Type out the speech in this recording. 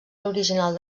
l’original